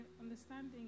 understanding